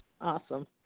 Awesome